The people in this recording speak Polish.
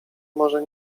może